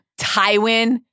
Tywin